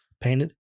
Painted